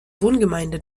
wohngemeinde